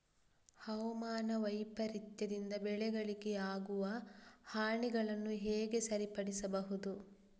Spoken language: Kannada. ಹವಾಮಾನ ವೈಪರೀತ್ಯದಿಂದ ಬೆಳೆಗಳಿಗೆ ಆಗುವ ಹಾನಿಗಳನ್ನು ಹೇಗೆ ಸರಿಪಡಿಸಬಹುದು?